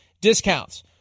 discounts